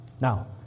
Now